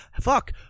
fuck